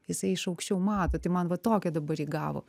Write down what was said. jisai iš aukščiau mato tai man va tokią dabar įgavo